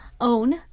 own